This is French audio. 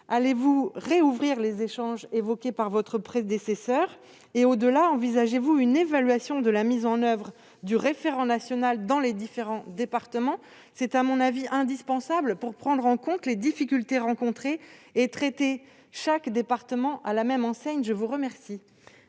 va-t-il rouvrir les échanges évoqués par votre prédécesseur ? Envisage-t-il une évaluation de la mise en oeuvre du référent national dans les différents départements ? Cela me semble indispensable pour prendre en compte les difficultés rencontrées et traiter chaque département à la même enseigne. La parole